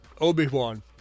Obi-wan